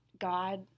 God